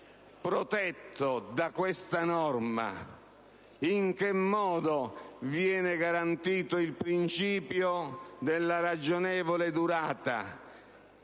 protetto da questa norma? In che modo viene garantito il principio della ragionevole durata,